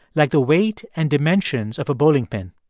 like the weight and dimensions of a bowling pin.